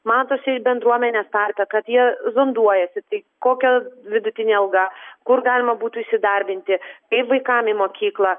matos ir bendruomenės tarpe kad jie zonduojasi tai kokia vidutinė alga kur galima būtų įsidarbinti kaip vaikam į mokyklą